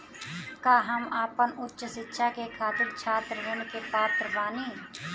का हम आपन उच्च शिक्षा के खातिर छात्र ऋण के पात्र बानी?